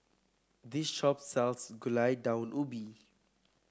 this shop sells Gulai Daun Ubi